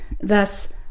thus